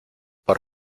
por